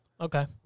Okay